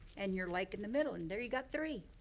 and your lake in the middle, and there you got three.